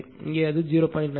98735 இங்கே அது 0